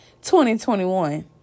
2021